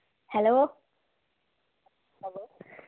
hello hello